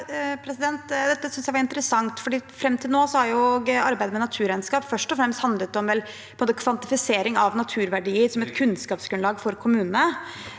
nes jeg er interessant, for fram til nå har arbeidet med naturregnskap først og fremst handlet om kvantifisering av naturverdier som et kunnskapsgrunnlag for kommunene.